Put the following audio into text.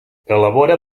elabora